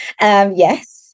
yes